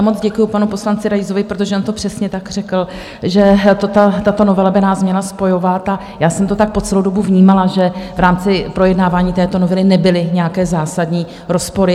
Moc děkuju panu poslanci Raisovi, protože on to přesně tak řekl, že tato novela by nás měla spojovat, a já jsem to tak po celou dobu vnímala, že v rámci projednávání této novely nebyly nějaké zásadní rozpory.